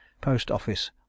Post-Office